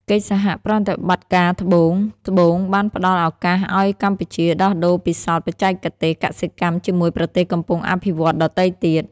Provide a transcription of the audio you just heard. កិច្ចសហប្រតិបត្តិការត្បូង-ត្បូង បានផ្ដល់ឱកាសឱ្យកម្ពុជាដោះដូរពិសោធន៍បច្ចេកទេសកសិកម្មជាមួយប្រទេសកំពុងអភិវឌ្ឍន៍ដទៃទៀត។